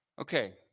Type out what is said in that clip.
Okay